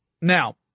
Now